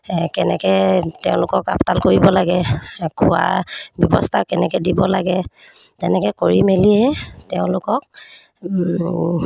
কেনেকৈ তেওঁলোকক আপডাল কৰিব লাগে খোৱাৰ ব্যৱস্থা কেনেকৈ দিব লাগে তেনেকৈ কৰি মেলিয়ে তেওঁলোকক